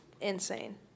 insane